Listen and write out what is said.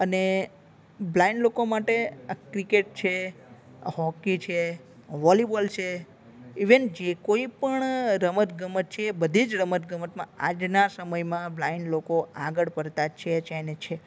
અને બ્લાઇન્ડ લોકો માટે આ ક્રિકેટ છે હોકી છે વોલીબોલ છે ઈવન જે કોઈપણ રમત ગમત છે એ બધી જ રમતગમતમાં આજના સમયમાં બ્લાઈન્ડ લોકો આગળ પડતા છે છે ને છે